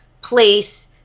place